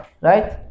right